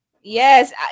Yes